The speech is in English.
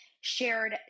shared